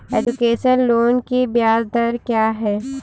Education loan की ब्याज दर क्या है?